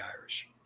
Irish